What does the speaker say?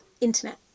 internet